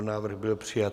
Návrh byl přijat.